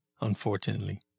unfortunately